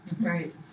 right